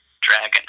dragon